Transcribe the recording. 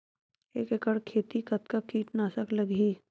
एक एकड़ खेती कतका किट नाशक लगही?